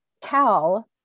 Cal